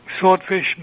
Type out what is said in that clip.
swordfish